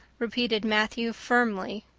repeated matthew firmly.